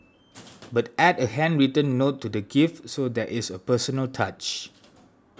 but add a handwritten note to the gift so there is a personal touch